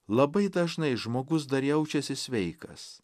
labai dažnai žmogus dar jaučiasi sveikas